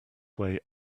way